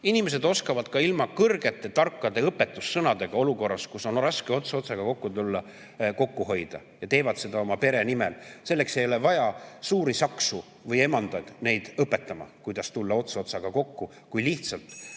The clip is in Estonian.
Inimesed oskavad ka ilma kõrgete tarkade õpetussõnadeta olukorras, kus on raske ots otsaga kokku tulla, kokku hoida. Nad teevad seda oma pere nimel. Selleks ei ole vaja suuri saksu või emandaid neid õpetama, kuidas tulla ots otsaga kokku, kui lihtsalt